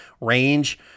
range